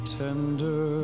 tender